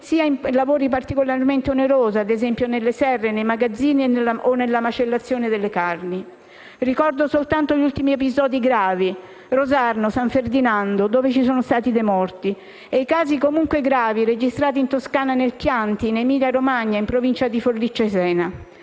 sia in lavori particolarmente onerosi, ad esempio nelle serre, nei magazzini o nella macellazione delle carni. Ricordo soltanto gli ultimi episodi gravi di Rosarno e San Ferdinando, dove ci sono stati morti, e i casi, comunque gravi, registrati in Toscana, nel Chianti, in Emilia Romagna e in Provincia di Forlì-Cesena.